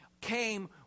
came